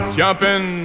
jumping